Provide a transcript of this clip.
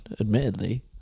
admittedly